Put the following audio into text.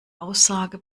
aussage